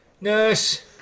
Nurse